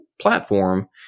platform